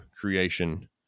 creation